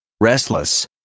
restless